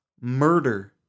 Murder